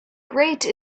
great